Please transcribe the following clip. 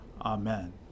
Amen